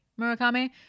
Murakami